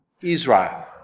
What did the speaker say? Israel